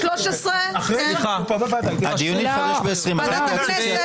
הדיון התחדש ב-13:20 אחרי ההתייעצות הסיעתית.